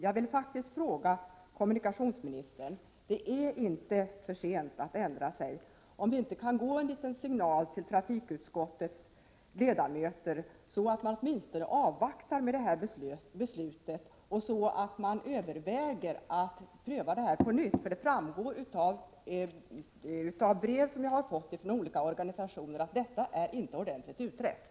Jag vill faktiskt fråga kommunikationsministern — det är inte för sent att ändra sig — om det inte kunde gå en liten signal till trafikutskottets ledamöter, så att man åtminstone avvaktar med att fatta det här beslutet och så att man överväger att pröva frågan på nytt. Det framgår nämligen av brev som jag har fått från olika organisationer att frågan inte är ordentligt utredd.